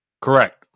Correct